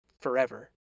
forever